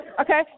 Okay